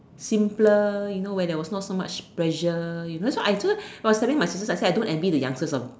simpler you know where there was not so much pressure you know so I so I was telling my sister that I don't envy the youngsters of